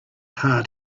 heart